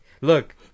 Look